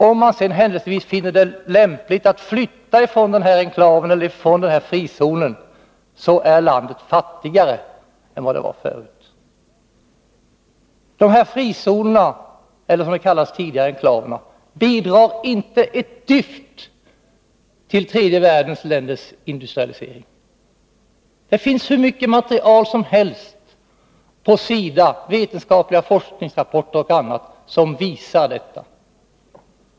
Om de sedan händelsevis finner det lämpligt att flytta från denna enklav eller frizon, är landet fattigare än vad det var förut. De här frizonerna bidrar inte ett dyft till tredje världens länders industrialisering. Det finns hur mycket material som helst på SIDA, vetenskapliga forskningsrapporter och annat, som visar detta.